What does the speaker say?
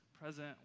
present